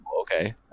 Okay